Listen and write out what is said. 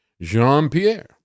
Jean-Pierre